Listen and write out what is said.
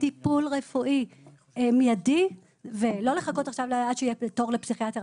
טיפול רפואי מידי ולא לחכות עכשיו עד שיהיה תור לפסיכיאטר,